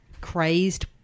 crazed